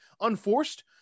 Unforced